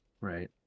right